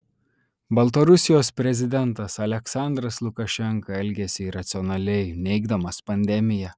baltarusijos prezidentas aliaksandras lukašenka elgiasi iracionaliai neigdamas pandemiją